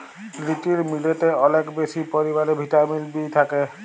little মিলেটে অলেক বেশি পরিমালে ভিটামিল বি থ্যাকে